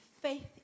faith